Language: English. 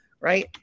Right